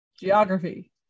geography